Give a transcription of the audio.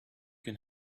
can